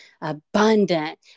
abundant